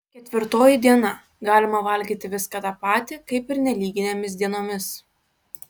ketvirtoji diena galima valgyti viską tą patį kaip ir nelyginėmis dienomis